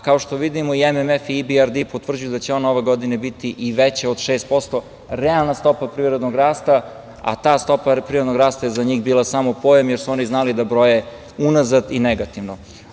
Kao što vidimo, i MMF i EBRD potvrđuju da će ona ove godine biti i veća od 6%, realna stopa privrednog rasta, a ta stopa je za njih bila samo pojam, jer su oni znali da broje unazad i negativno.